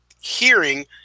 hearing